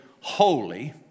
holy